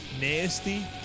nasty